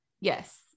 Yes